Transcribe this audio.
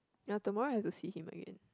ya tomorrow have to see him again